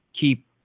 keep